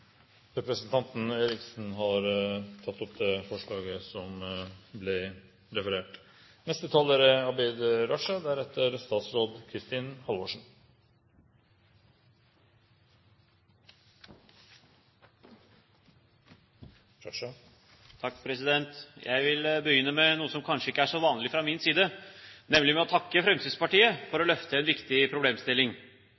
Representanten Dagrun Eriksen har tatt opp det forslaget hun refererte til. Jeg vil begynne med noe som kanskje ikke er så vanlig fra min side, nemlig å takke Fremskrittspartiet for